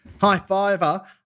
high-fiver